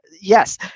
yes